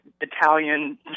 Italian